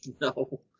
No